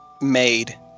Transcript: made